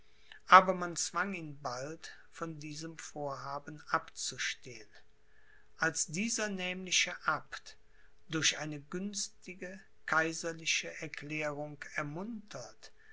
aber man zwang ihn bald von diesem vorhaben abzustehen als dieser nämliche abt durch eine günstige kaiserliche erklärung ermuntert